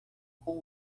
com